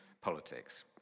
politics